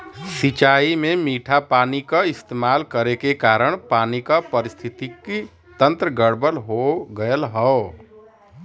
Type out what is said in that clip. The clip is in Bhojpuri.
सिंचाई में मीठा पानी क इस्तेमाल करे के कारण पानी क पारिस्थितिकि तंत्र गड़बड़ हो गयल हौ